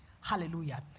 Hallelujah